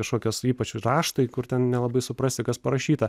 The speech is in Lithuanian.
kažkokios ypač raštai kur ten nelabai suprasi kas parašyta